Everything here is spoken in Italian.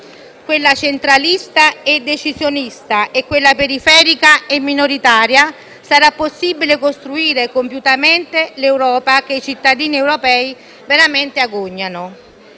quella centralista e decisionista e quella periferica e minoritaria, sarà possibile costruire compiutamente l'Europa che i cittadini europei veramente agognano.